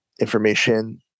information